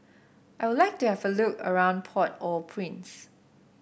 I would like to have a look around Port Au Prince